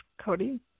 Cody